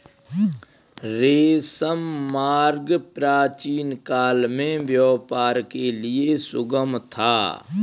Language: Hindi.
रेशम मार्ग प्राचीनकाल में व्यापार के लिए सुगम था